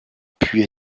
puis